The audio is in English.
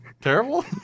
Terrible